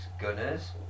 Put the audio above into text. gunners